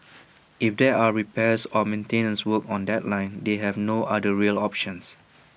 if there are repairs or maintenance work on that line they have no other rail options